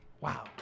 Wow